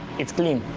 it's clean.